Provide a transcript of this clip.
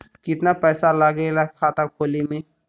कितना पैसा लागेला खाता खोले में?